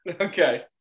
Okay